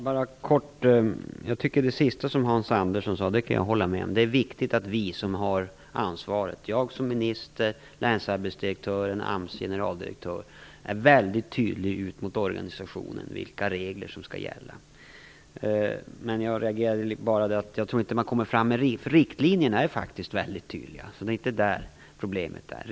Fru talman! Jag vill kort bara säga att jag kan hålla med om det sista som Hans Andersson sade. Det är viktigt att vi som har ansvaret, jag som minister, länsarbetsdirektörerna och AMS generaldirektör, är väldigt tydliga ut mot organisationen om vilka regler som skall gälla. Riktlinjerna är faktiskt väldigt tydliga, det är inte där problemet ligger.